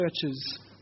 churches